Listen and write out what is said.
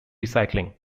cycling